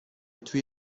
توی